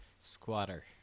Squatter